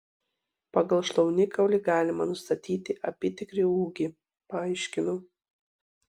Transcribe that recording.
pagal šlaunikaulį galima nustatyti apytikrį ūgį paaiškinau